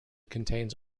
contains